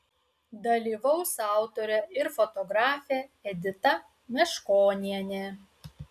dalyvaus autorė ir fotografė edita meškonienė